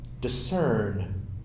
discern